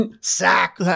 sack